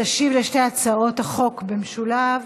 תשיב לשתי הצעות החוק במשולב